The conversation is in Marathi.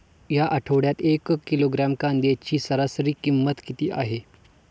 या आठवड्यात एक किलोग्रॅम कांद्याची सरासरी किंमत किती आहे?